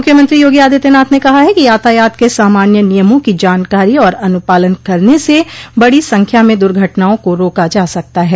मुख्यमंत्री योगी आदित्यनाथ ने कहा है कि यातायात के सामान्य नियमों की जानकारी और अनुपालन करने से बड़ी संख्या में दर्घटनाओं को रोका जा सकता है